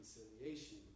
reconciliation